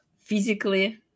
physically